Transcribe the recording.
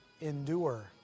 endure